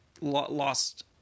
lost